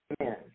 Amen